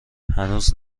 هنوز